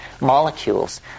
molecules